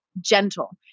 gentle